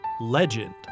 legend